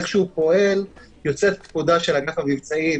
בדרך שהוא פועל, יוצאת פקודה של ענף המבצעים,